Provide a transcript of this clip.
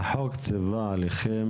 החוק ציווה עליכם